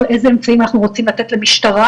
איזה אמצעים אנחנו רוצים לתת למשטרה,